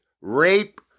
rape